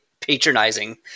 patronizing